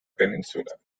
peninsula